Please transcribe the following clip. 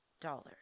dollars